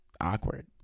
awkward